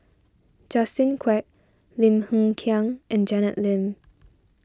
Justin Quek Lim Hng Kiang and Janet Lim